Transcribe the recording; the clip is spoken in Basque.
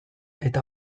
eta